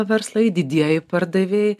verslai didieji pardavėjai